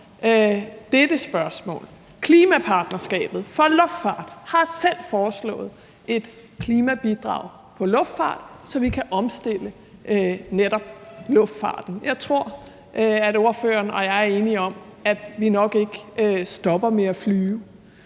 et spørgsmål til det. Klimapartnerskabet for luftfart har selv foreslået et klimabidrag i forhold til luftfart, så vi kan omstille netop luftfarten. Jeg tror, at ordføreren og jeg er enige om, at vi nok ikke stopper med at flyve.